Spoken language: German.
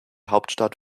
hauptstadt